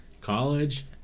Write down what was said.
College